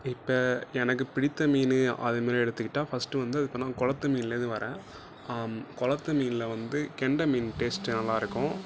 இப்போ எனக்கு பிடித்த மீன் அது மாதிரி எடுத்துக்கிட்டால் ஃபர்ஸ்ட்டு வந்து இப்போ நான் குளத்து மீன்லேருந்து வரேன் குளத்து மீனில் வந்து கெண்டை மீன் டேஸ்ட் நல்லாயிருக்கும்